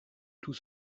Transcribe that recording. tout